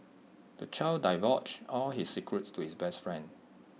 the child divulged all his secrets to his best friend